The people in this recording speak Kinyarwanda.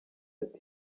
ati